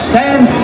Stand